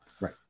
right